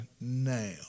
now